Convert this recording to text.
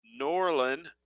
Norlin